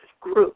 group